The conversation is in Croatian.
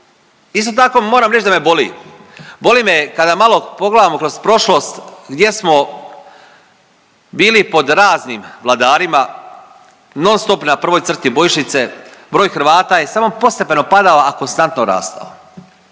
isto tako moram reći da me boli, boli me kada malo pogledamo kroz prošlost gdje smo bili pod raznim vladarima non-stop na prvoj crti bojišnice, broj Hrvata je samo postepeno padala, a konstantno rastao,